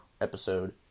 episode